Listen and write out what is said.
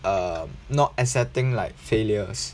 um not accepting like failures